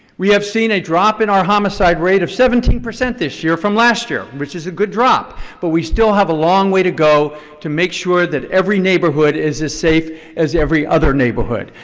we have seen a drop in our homicide rate of seventeen percent this year from last year, which is a good drop but we still have a long way to go to make sure that every neighborhood is as safe as every other neighborhood.